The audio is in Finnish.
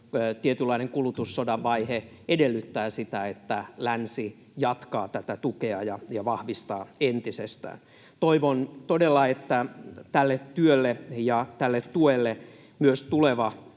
tietynlainen kulutussodan vaihe, edellyttää sitä, että länsi jatkaa ja vahvistaa entisestään tätä tukea. Toivon todella, että tälle työlle ja tälle tuelle myös tuleva